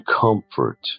comfort